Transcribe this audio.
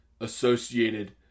associated